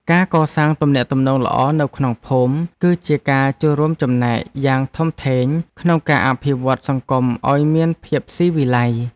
ការកសាងទំនាក់ទំនងល្អនៅក្នុងភូមិ គឺជាការចូលរួមចំណែកយ៉ាងធំធេងក្នុងការអភិវឌ្ឍន៍សង្គមឱ្យមានភាពស៊ីវិល័យ។